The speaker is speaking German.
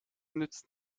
nützt